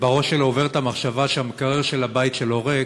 ובראש שלו עוברת המחשבה שהמקרר בבית שלו ריק,